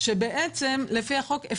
שלפי החוק,